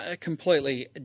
completely